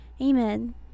Amen